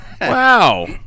Wow